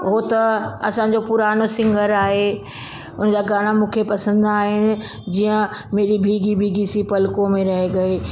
ओ त असांजो पुराणो सिंगर आहे उनजा गाना मुखे पसंदि आहिनि जीअं मेरी भीगी भीगी सी पलको में रह गए